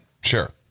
Sure